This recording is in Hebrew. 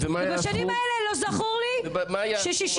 ובשנים האלה לא זכור לי ש-60%.